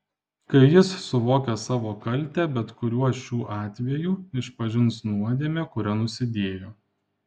kai jis suvokia savo kaltę bet kuriuo šių atvejų išpažins nuodėmę kuria nusidėjo